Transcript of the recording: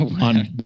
on